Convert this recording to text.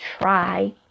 try